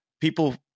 People